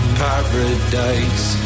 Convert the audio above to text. paradise